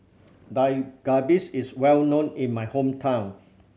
Dak Galbi is well known in my hometown